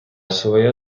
своє